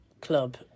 club